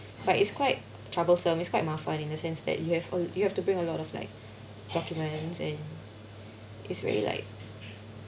but it's quite troublesome it's quite mafan in the sense that you have al~ you have to bring a lot of like documents and it's really like